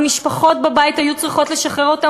המשפחות בבית היו צריכות לשחרר אותם